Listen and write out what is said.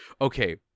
okay